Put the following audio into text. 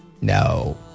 No